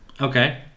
Okay